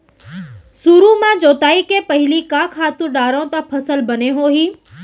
सुरु म जोताई के पहिली का खातू डारव त फसल बने होही?